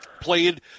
played